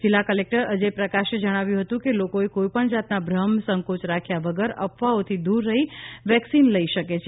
જિલ્લા કલેકટર અજય પ્રકાશે જણાવ્યું હતું કે લોકોએ કોઇપણ જાતના ભ્રમ સંકોચ રાખ્યા વગર અફવાઓથી દુર રહી આ વેકસીન લઇ શકે છે